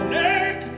neck